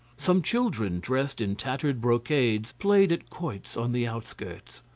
some children dressed in tattered brocades played at quoits on the outskirts.